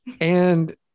And-